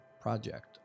project